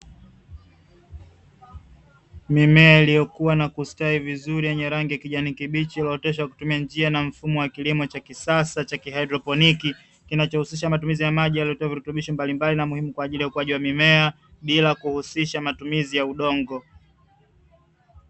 Mimea iliyokuwa na kustawi vizuri yenye kijani kibichi, iliyooteshwa na kutumia njia mfumo wa kilimo cha kisasa cha kihaidroponiki ,kinachousisha matumizi ya maji yaliyotiwa virutubisho mbalimbali na muhimu kwa ajili ya ukuaji wa mimea, bila kuhusisha matumizi ya udongo.